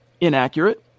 inaccurate